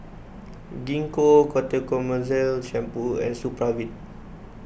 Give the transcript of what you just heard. Gingko Ketoconazole Shampoo and Supravit